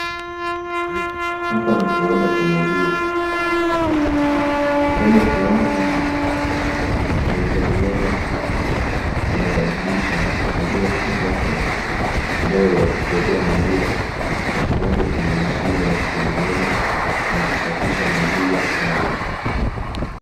Hapa ni kiwanda cha maziwa. Ndani ya kiwanda hiki mfanyikazi mmoja anabadilisha maziwa kutoka kwa ndoo ya kubebea maziwa akimwaga kwenye mashine ya kutengeneza na kusafisha maziwa hayo.